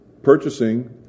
Purchasing